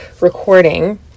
recording